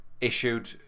issued